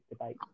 debate